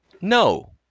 No